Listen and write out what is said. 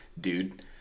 dude